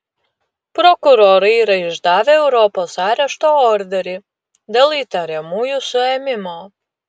prokurorai yra išdavę europos arešto orderį dėl įtariamųjų suėmimo